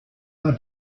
war